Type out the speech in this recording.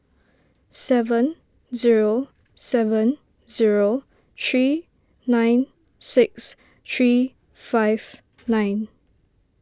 seven zero seven zero three nine six three five nine